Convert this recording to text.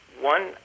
One